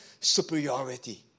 superiority